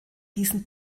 diesem